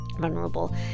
vulnerable